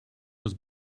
was